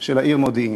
של העיר מודיעין.